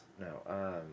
No